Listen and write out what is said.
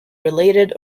related